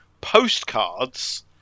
postcards